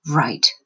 right